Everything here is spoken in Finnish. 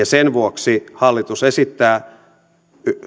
sen vuoksi hallitus esittää